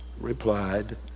replied